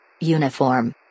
Uniform